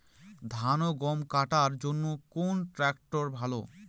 ধান ও গম কাটার জন্য কোন ট্র্যাক্টর ভালো?